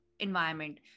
environment